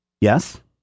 Yes